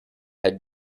had